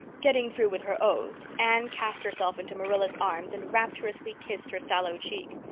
getting through with her ohs anne cast herself into marilla's arms and rapturously kissed her sallow cheek.